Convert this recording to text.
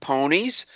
Ponies